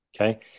Okay